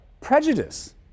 prejudice